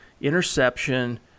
interception